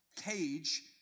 cage